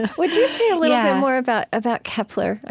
would you say a little bit more about about kepler?